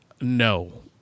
No